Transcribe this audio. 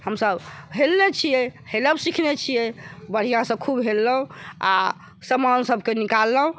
हम सभ हेलने छियै हेलब सिखने छियै बढ़िऑंसँ खूब हेललहुॅं आ समान सभके निकाललहुॅं